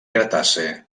cretaci